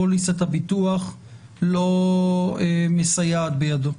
פוליסת הביטוח לא מסייעת בידו.